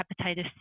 hepatitis